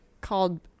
called